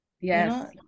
yes